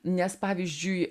nes pavyzdžiui